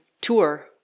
tour